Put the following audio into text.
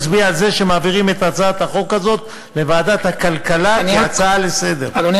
נצביע על זה שמעבירים את הצעת החוק הזאת לוועדת הכלכלה כהצעה לסדר-היום.